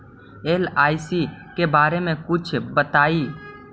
LIC के बारे मे कुछ बताई?